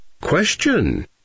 Question